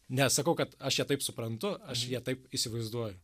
nesakau kad aš ją taip suprantu aš ją taip įsivaizduoju